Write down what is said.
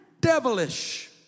devilish